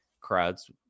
crowds